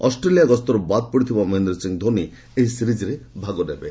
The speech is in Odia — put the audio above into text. ଅଷ୍ଟ୍ରେଲିଆ ଗସ୍ତର୍ ବାଦ୍ ପଡ଼ିଥିବା ମହେନ୍ଦ୍ର ସିଂ ଧୋନି ଏହି ସିରିଜ୍ରେ ଭାଗ ନେବେ